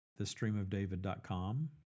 thestreamofdavid.com